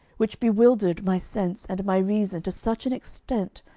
which bewildered my sense and my reason to such an extent,